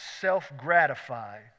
self-gratify